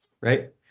Right